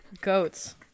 goats